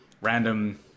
random